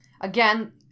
Again